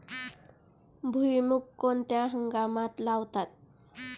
भुईमूग कोणत्या हंगामात लावतात?